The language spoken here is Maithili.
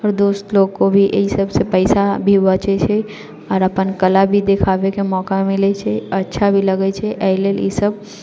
आओर दोस्त लोगके भी एहि सबसँ पैसा सब बचै छै आओर अपन कला भी दिखाबैके मौका मिलै छै आओर अच्छा भी लगै छै अय लेल ई सब